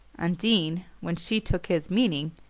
undine, when she took his meaning,